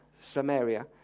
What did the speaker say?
Samaria